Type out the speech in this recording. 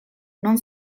non